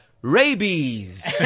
Rabies